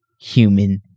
human